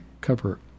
cover